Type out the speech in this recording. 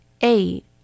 Eight